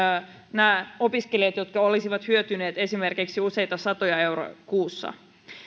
nämä opiskelijat jotka olisivat hyötyneet esimerkiksi useita satoja euroja kuussa